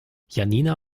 janina